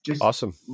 Awesome